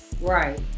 Right